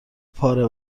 پاره